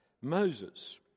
Moses